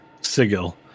Sigil